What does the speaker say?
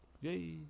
Yay